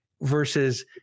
Versus